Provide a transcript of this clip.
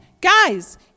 guys